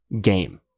game